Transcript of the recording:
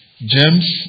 James